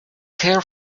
care